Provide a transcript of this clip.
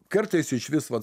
kartais iš vis vat